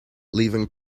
leaving